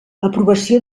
aprovació